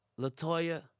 LaToya